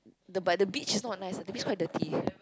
the by the beach is not nice it's quite dirty